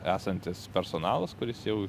esantis personalas kuris jau